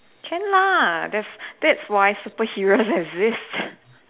can lah that's that's why superheroes exist